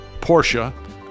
Porsche